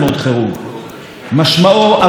משמעו עבודה של יום ולילה,